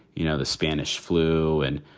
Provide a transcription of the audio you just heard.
you know, the spanish flu and,